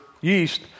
yeast